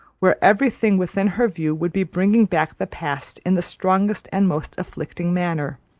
where every thing within her view would be bringing back the past in the strongest and most afflicting manner,